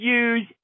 use